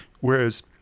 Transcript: Whereas